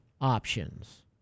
options